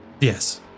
yes